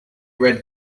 red